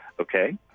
okay